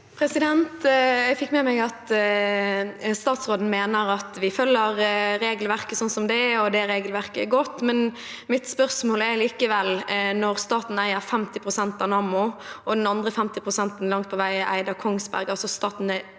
Jeg fikk med meg at statsråden mener at vi følger regelverket slik det er, og at det regelverket er godt. Mitt spørsmål er likevel, når staten eier 50 pst. av Nammo og den andre 50-prosenten langt på vei er eid av Kongsberg, altså når staten er